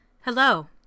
Hello